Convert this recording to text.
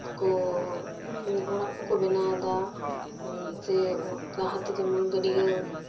ᱠᱩ ᱚᱲᱟᱜ ᱠᱩᱠᱩ ᱵᱮᱱᱟᱣᱮᱫᱟ ᱥᱮ ᱞᱟᱦᱟᱛᱮ ᱡᱮᱢᱚᱱ ᱜᱟᱹᱰᱭᱟᱹ